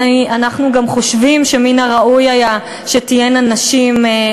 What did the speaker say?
אנחנו גם חושבים שמן הראוי היה שתהיינה נשים,